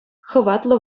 хӑватлӑ